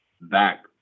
back